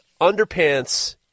underpants